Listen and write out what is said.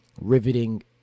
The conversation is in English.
riveting